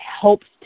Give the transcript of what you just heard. helps